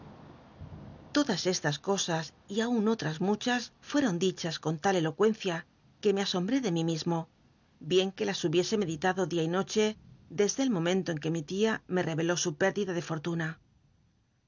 todas estas cosas y aun otras muchas fueron cli bas con tal elocuencia que me asombré de mí mismo bien que las hubiese meditado dia y noche desde el momento en que mi tia me re'eló su pérdida de fottuna